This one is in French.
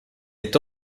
est